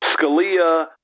Scalia